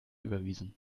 überwiesen